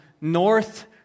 north